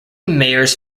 mayors